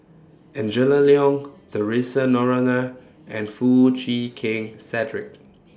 Angela Liong Theresa Noronha and Foo Chee Keng Cedric